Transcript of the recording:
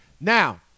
Now